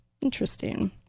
Interesting